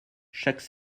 chaque